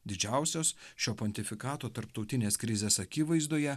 didžiausios šio pontifikato tarptautinės krizės akivaizdoje